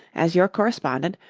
as your correspondent,